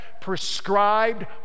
prescribed